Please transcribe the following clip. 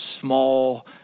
small